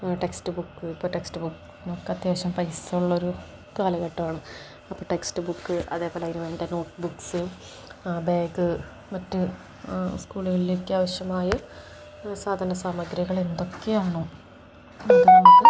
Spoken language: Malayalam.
ടെക്സ്റ്റ് ബുക്ക് ഇപ്പോൾ ടെക്സ്റ്റ് ബുക്ക് നമുക്കത്യാവശ്യം പൈസ ഉള്ളൊരു കാലഘട്ടമാണ് അപ്പോൾ ടെക്സ്റ്റ് ബുക്ക് അതേ പോലെ അതിനു വേണ്ട നോട്ട് ബുക്സ് ബാഗ് മറ്റ് സ്കൂളുകളിലേക്കാവശ്യമായ സാധന സാമഗ്രികൾ എന്തൊക്കെയാണോ അതു നമുക്ക്